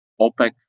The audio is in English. OPEC